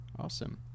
awesome